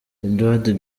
edward